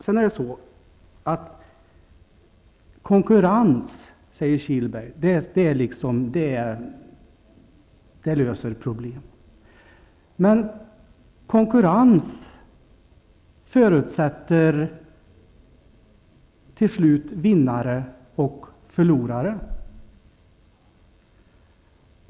Stefan Kihlberg säger att problem löses med hjälp av konkurrens. Men konkurrens förutsätter, till slut, vinnare och förlorare.